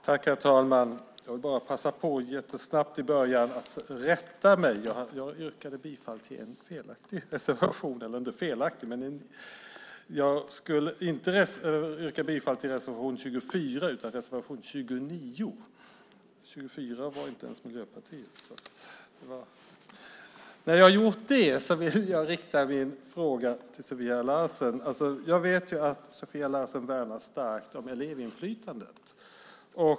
Herr talman! Jag ska börja med att göra en rättelse. Jag yrkade bifall till fel reservation. Jag yrkar bifall till reservation 29. Reservation 24 var inte ens Miljöpartiets reservation. Jag vill rikta en fråga till Sofia Larsen. Jag vet att hon starkt värnar om elevinflytandet.